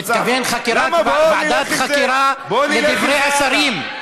הוא מתכוון: ועדת חקירה למקרה השרים.